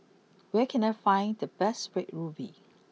where can I find the best Red ruby